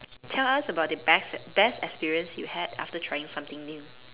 tell us about the best best experience you had after trying something new